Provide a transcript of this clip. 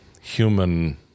human